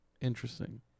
Interesting